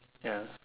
ya